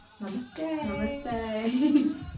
Namaste